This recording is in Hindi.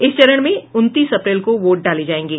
इस चरण में उनतीस अप्रैल को वोट डाले जायेंगे